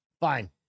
fine